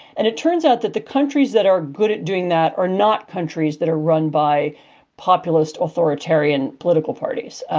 and it turns out that the countries that are good at doing that are not countries that are run by populist, authoritarian political parties.